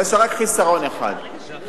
אבל יש לה רק חיסרון אחד, כסף.